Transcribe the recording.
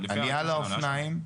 עלייה על אופניים,